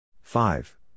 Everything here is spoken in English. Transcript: Five